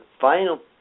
final